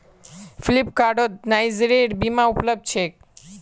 फ्लिपकार्टत नाइजरेर बीज उपलब्ध छेक